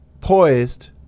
poised